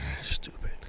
Stupid